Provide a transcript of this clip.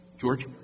George